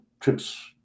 trips